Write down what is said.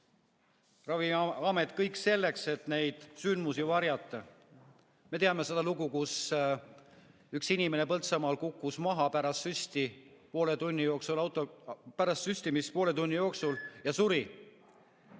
Ravimiamet kõik selleks, et neid sündmusi varjata. Me teame seda lugu, kus üks inimene Põltsamaal kukkus pärast süstimist poole tunni jooksul maha ja suri.